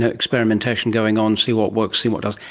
ah experimentation going on, see what works, see what doesn't,